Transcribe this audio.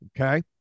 Okay